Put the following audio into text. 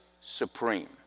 supreme